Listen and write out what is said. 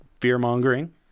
fear-mongering